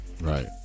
right